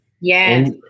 Yes